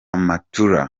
mature